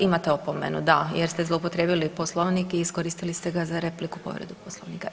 Da, imate opomenu, da jer ste zloupotrijebili Poslovnik i iskoristili ste ga za repliku, povredu Poslovnika.